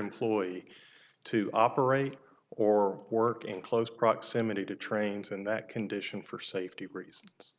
employee to operate or work in close proximity to trains in that condition for safety reasons